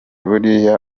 buriya